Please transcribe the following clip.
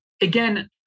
Again